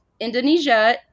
Indonesia